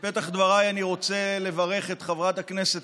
בפתח דבריי אני רוצה לברך את חברת הכנסת